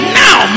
now